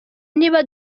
niba